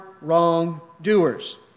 wrongdoers